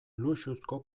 luxuzko